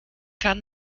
kann